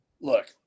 look